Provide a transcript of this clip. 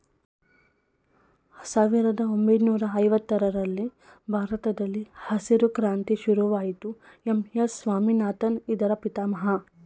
ಸಾವಿರದ ಒಂಬೈನೂರ ಐವತ್ತರರಲ್ಲಿ ಭಾರತದಲ್ಲಿ ಹಸಿರು ಕ್ರಾಂತಿ ಶುರುವಾಯಿತು ಎಂ.ಎಸ್ ಸ್ವಾಮಿನಾಥನ್ ಇದರ ಪಿತಾಮಹ